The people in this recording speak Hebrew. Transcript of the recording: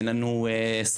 אין לנו סייעות.